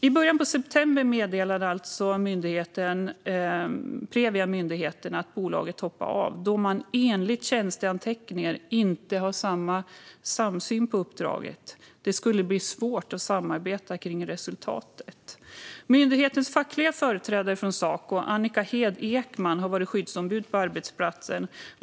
I början av september meddelade Previa myndigheten att bolaget hoppade av, då man enligt tjänsteanteckningar inte hade samsyn om uppdraget och skulle få svårt att samarbeta kring resultatet. Myndighetens fackliga företrädare från Saco, Annika Hed Ekman, har varit skyddsombud på arbetsplatsen.